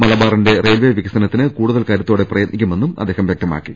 മലബാറിന്റെ റെയിൽവേ വികസനത്തിന് കൂടുതൽ കരുത്തോടെ പ്രയത്നിക്കു മെന്നും അദ്ദേഹം വൃക്തമാക്കി